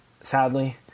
sadly